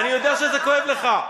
אני יודע שזה כואב לך.